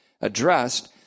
addressed